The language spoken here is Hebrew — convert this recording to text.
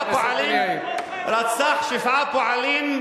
רצח שבעה פועלים,